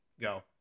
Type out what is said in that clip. go